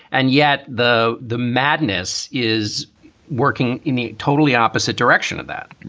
and yet the the madness is working in a totally opposite direction of that